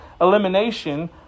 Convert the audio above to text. elimination